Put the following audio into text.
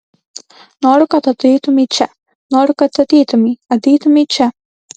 noriu kad ateitumei čia noriu kad ateitumei ateitumei čia